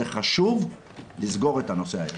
זה חשוב לסגור את הנושא היום.